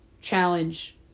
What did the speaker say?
challenge